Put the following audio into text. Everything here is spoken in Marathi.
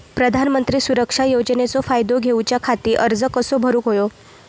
प्रधानमंत्री सुरक्षा योजनेचो फायदो घेऊच्या खाती अर्ज कसो भरुक होयो?